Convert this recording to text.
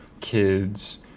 kids